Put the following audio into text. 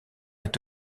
est